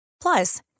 Plus